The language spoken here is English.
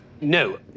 No